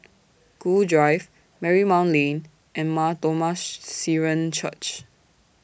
Gul Drive Marymount Lane and Mar Thoma Syrian Church